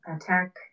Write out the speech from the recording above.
attack